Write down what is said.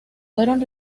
fueron